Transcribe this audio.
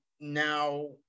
now